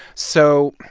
so,